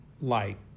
light